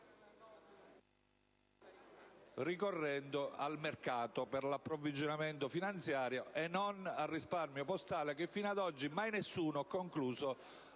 ricorrendo però al mercato per l'approvvigionamento finanziario e non al risparmio postale, che, fino ad oggi, mai nessuno si